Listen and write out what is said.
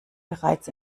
bereits